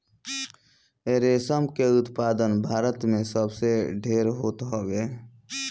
रेशम के उत्पादन भारत में सबसे ढेर होत हवे